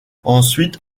ensuite